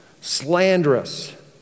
slanderous